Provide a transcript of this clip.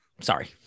Sorry